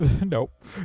Nope